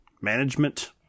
management